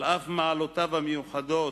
על אף מעלותיו המיוחדות